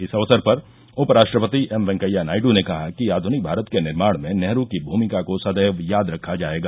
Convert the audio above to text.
इस अवसर पर उप राष्ट्रपतिएम वेंकैया नायड़ ने कहा कि आधनिक भारत के निर्माण में नेहरू की भूमिका को सदैव याद रखा जाएगा